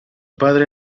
padre